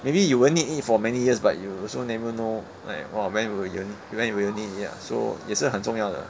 maybe you won't need it for many years but you also never know like !wah! when will you when you will need it ya so 也是很重要的